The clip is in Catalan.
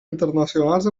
internacionals